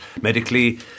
medically